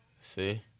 See